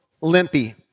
limpy